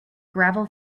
gravel